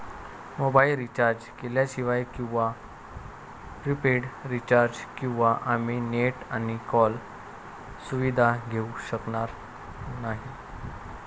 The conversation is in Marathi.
मोबाईल रिचार्ज केल्याशिवाय किंवा प्रीपेड रिचार्ज शिवाय आम्ही नेट आणि कॉल सुविधा घेऊ शकणार नाही